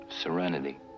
serenity